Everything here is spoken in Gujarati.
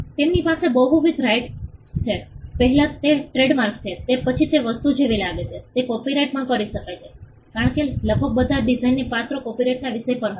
તેમની પાસે બહુવિધ રાઇટ્સ છે પહેલા તે ટ્રેડમાર્ક છે તે પછી તે વસ્તુ જેવી લાગે તે રીતે કોપિરાઇટ પણ કરી શકાય છે કારણ કે લગભગ બધા ડિઝની પાત્રો કોપિરાઇટના વિષય પર હતા